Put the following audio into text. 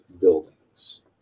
buildings